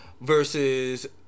Versus